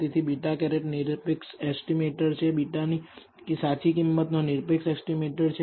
તેથી β̂ નિરપેક્ષ એસ્ટીમેટર છે તે β ની સાચી કિંમત નો નિરપેક્ષ એસ્ટીમેટર છે